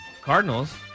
Cardinals